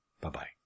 Bye-bye